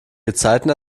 gezeiten